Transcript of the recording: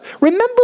Remember